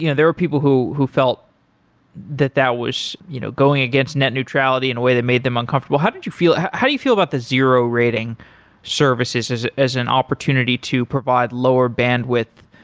you know there were people who who felt that that was you know going against net neutrality in a way that made them uncomfortable. how did you feel how do you feel about the zero rating services as as an opportunity to provide lower bandwidth